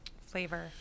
flavor